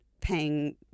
paying